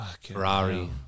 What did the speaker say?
Ferrari